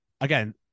again